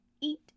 eat